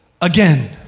again